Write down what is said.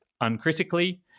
uncritically